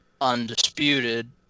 undisputed